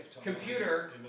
computer